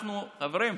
אנחנו, חברים,